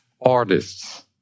artists